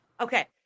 Okay